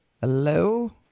hello